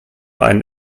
ein